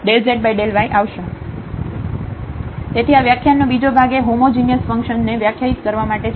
તેથી આ વ્યાખ્યાનનો બીજો ભાગ એ હોમોજિનિયસ ફંક્શન ને વ્યાખ્યાયિત કરવા માટે છે